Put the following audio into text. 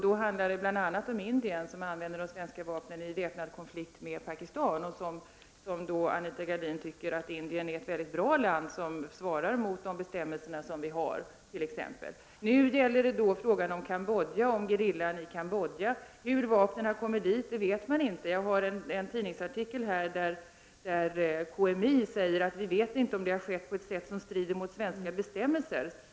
Då handlar det bl.a. om Indien, där man använder svenska vapen när det gäller konflikten med Pakistan. Men Anita Gradin tycker att Indien är ett mycket bra land och att dess agerande svarar mot våra bestämmelser. Min fråga gäller Cambodja och gerillan där. Hur vapnen kommer dit vet man inte. Jag har framför mig en tidningsartikel där Sven Hirdman, KMI, säger: Vi vet inte om det har skett på ett sätt som strider mot svenska bestämmelser.